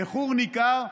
באיחור ניכר,